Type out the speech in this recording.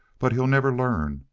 but he'll never learn.